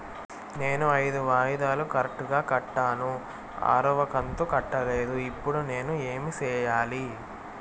నేను ఐదు వాయిదాలు కరెక్టు గా కట్టాను, ఆరవ కంతు కట్టలేదు, ఇప్పుడు నేను ఏమి సెయ్యాలి?